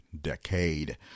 decade